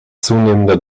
zunehmender